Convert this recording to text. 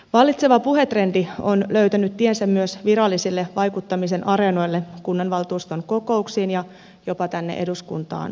vallitseva puhetrendi on löytänyt tiensä myös virallisille vaikuttamisen areenoille kunnanvaltuustojen kokouksiin ja jopa tänne eduskuntaan saakka